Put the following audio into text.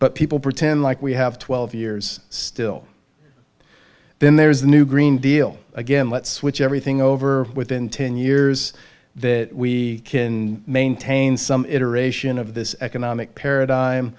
but people pretend like we have twelve years still then there is the new green deal again let's switch everything over within ten years that we can maintain some iteration of this economic paradigm